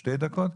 שתי דקות.